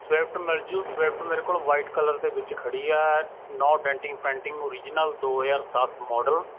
Swift ਮਿਲਜੂ Swift ਮੇਰੇ ਕੋਲ ਵਾਈਟ ਕਲਰ ਦੇ ਵਿੱਚ ਖੜੀ ਹੈ ਨੌ ਡੈਟਿੰਗ ਪੈਟਿੰਗ ਓਰੀਜਨਲ ਦੋ ਹਜ਼ਾਰ ਦਸ ਮੌਡਲ